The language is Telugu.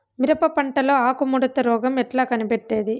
మిరప పంటలో ఆకు ముడత రోగం ఎట్లా కనిపెట్టేది?